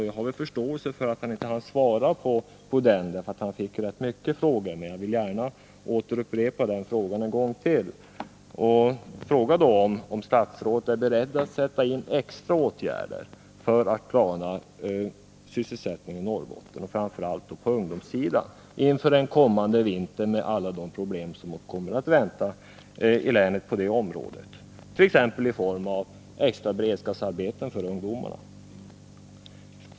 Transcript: Jag har förståelse för att han inte svarat på den, han fick rätt många frågor, men jag vill gärna upprepa den en gång till: Är statsrådet beredd att sätta in extra åtgärder för att klara sysselsättningen i Norrbotten, framför allt på ungdomssidan, inför den kommande vintern med alla de problem som då väntar i länet? Det kant.ex. göras genom extra beredskapsarbeten för ungdomarna.